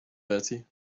betty